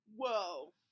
whoa